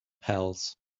pals